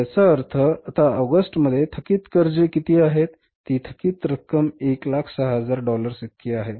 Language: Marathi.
तर याचा अर्थ आता ऑगस्टमध्ये थकित कर्जे किती होते ती थकीत रक्कम 106000 डॉलर्स इतकी होती